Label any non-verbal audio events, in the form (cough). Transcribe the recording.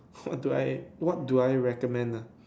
(noise) what do I what do I recommend nah